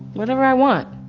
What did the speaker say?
whatever i want.